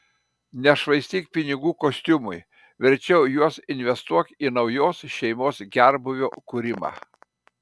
nešvaistyk pinigų kostiumui verčiau juos investuok į naujos šeimos gerbūvio kūrimą